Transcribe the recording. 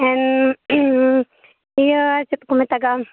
ᱮᱱ ᱤᱭᱟᱹ ᱪᱮᱫ ᱠᱚ ᱢᱮᱛᱟᱜᱟᱜᱼᱟ